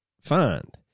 find